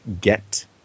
get